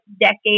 decade